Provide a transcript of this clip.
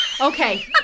Okay